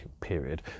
period